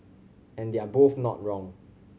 and they're both not wrong